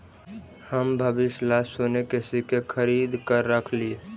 हम भविष्य ला सोने के सिक्के खरीद कर रख लिए